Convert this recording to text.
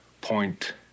point